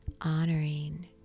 honoring